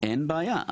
אין בעיה,